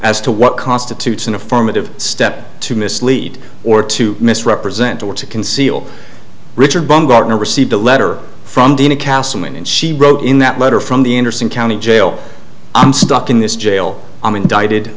as to what constitutes an affirmative step to mislead or to misrepresent or to conceal richard baumgartner received a letter from dina kasem and she wrote in that letter from the interesting county jail i'm stuck in this jail i'm indicted